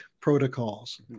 protocols